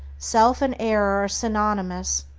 self and error are synonymous.